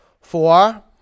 Four